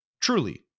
Truly